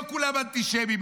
לא כולם אנטישמים,